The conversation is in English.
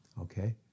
okay